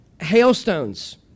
hailstones